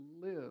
live